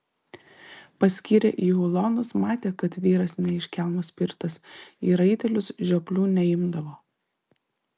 paskyrė į ulonus matė kad vyras ne iš kelmo spirtas į raitelius žioplių neimdavo